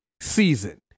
season